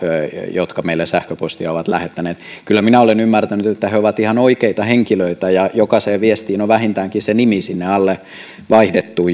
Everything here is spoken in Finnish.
jotka meille sähköpostia ovat lähettäneet kyllä minä olen ymmärtänyt että he ovat ihan oikeita henkilöitä ja jokaiseen viestiin on vähintäänkin se nimi sinne alle vaihdettu